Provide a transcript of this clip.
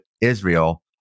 Israel